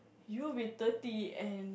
you will be thirty and